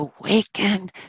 Awaken